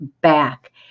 back